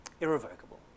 Irrevocable